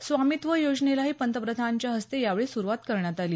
स्वामित्व योजनेलाही पंतप्रधानांच्या हस्ते यावेळी सुरुवात करण्यात आली